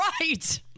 Right